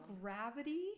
gravity